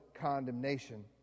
condemnation